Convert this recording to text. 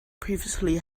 previously